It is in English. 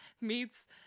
meets